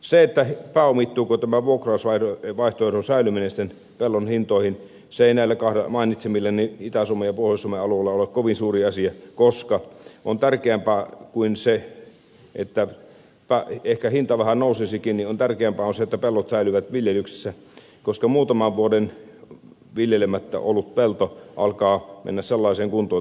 se pääomittuuko tämä vuokrausvaihtoehdon säilyminen sitten pellon hintoihin ei näillä mainitsemillani itä suomen ja pohjois suomen alueilla ole kovin suuri asia koska tärkeämpää kuin se että hinta ehkä vähän nousisikin on se että pellot säilyvät viljelyksessä koska muutaman vuoden viljelemättä ollut pelto alkaa mennä sellaiseen kuntoon että se ei ole enää peltoa